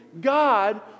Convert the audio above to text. God